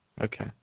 Okay